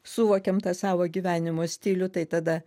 suvokiam tą savo gyvenimo stilių tai tada